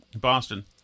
Boston